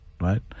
right